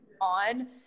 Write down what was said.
on